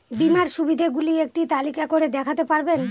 বীমার সুবিধে গুলি একটি তালিকা করে দেখাতে পারবেন?